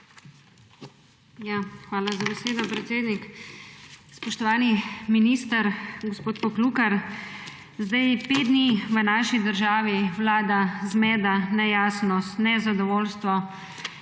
Hvala za besedo, predsednik. Spoštovani minister, gospod Poklukar! Pet dni v naši državi vlada zmeda, nejasnost, nezadovoljstvo